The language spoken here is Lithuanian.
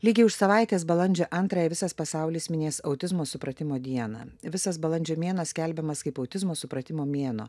lygiai už savaitės balandžio antrąją visas pasaulis minės autizmo supratimo dieną visas balandžio mėnuo skelbiamas kaip autizmo supratimo mėnuo